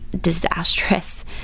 disastrous